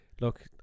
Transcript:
look